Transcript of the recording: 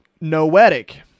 Noetic